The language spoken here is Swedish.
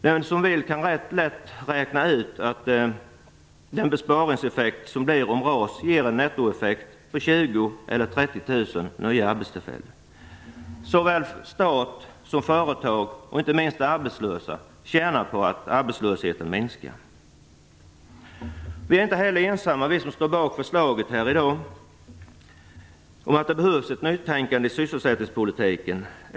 Den som vill kan lätt räkna ut hur stor besparingen blir, om RAS ger en nettoeffekt om 20 000 eller 30 000 nya arbetstillfällen. Såväl staten som företagen och inte minst de arbetslösa tjänar på att arbetslösheten minskar. Vi som står bakom förslaget här i dag är inte heller ensamma om åsikten att det behövs ett nytänkande i sysselsättningspolitiken.